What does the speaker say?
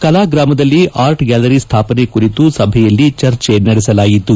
ಕಲಾಗ್ರಾಮದಲ್ಲಿ art gallery ಸ್ಥಾಪನೆ ಕುರಿತು ಸಭೆಯಲ್ಲಿ ಚರ್ಚೆ ನಡೆಸಲಾಯಿತು